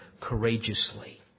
courageously